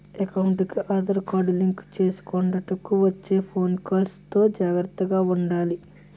ఎకౌంటుకి Aadhaar card link చేసుకొండంటూ వచ్చే ఫోను కాల్స్ తో జాగర్తగా ఉండాలి